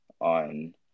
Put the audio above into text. on